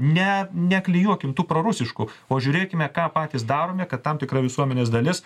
ne neklijuokim tų prorusiškų o žiūrėkime ką patys darome kad tam tikra visuomenės dalis